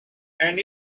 and